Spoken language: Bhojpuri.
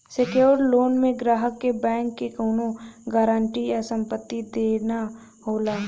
सेक्योर्ड लोन में ग्राहक क बैंक के कउनो गारंटी या संपत्ति देना होला